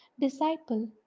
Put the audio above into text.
disciple